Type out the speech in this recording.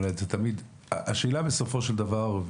השאלה בסופו של דבר,